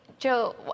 Joe